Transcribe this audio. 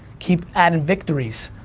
keep adding victories.